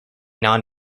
non